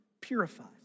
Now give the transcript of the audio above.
purifies